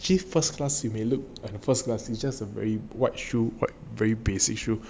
actually first class you may look at first class you just a very white shoe white very basic shoe